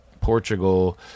Portugal